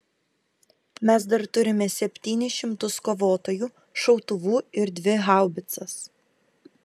mes dar turime septynis šimtus kovotojų šautuvų ir dvi haubicas